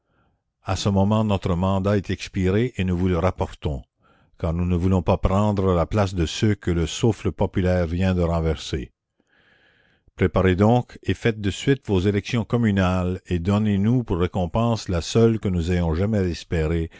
a ce moment notre mandat est expiré et nous vous le rapportons car nous ne voulons pas prendre la place de ceux que le souffle populaire vient de renverser préparez donc et faites de suite vos élections communales et donnez-nous pour récompense la seule que nous ayons jamais espérée